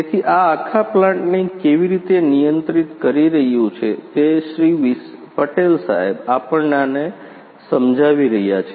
તેથી આ આખા પ્લાન્ટને કેવી રીતે નિયંત્રિત કરી રહ્યું છે તે શ્રી પટેલ આપણાંને સમજાવી રહ્યા છે